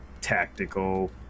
tactical